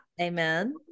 Amen